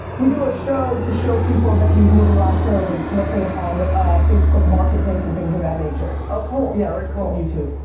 we do a show to show people that you can go garage sailing, and flip it on facebook marketplaces and things of that nature. oh cool, yeah very cool. and yeah.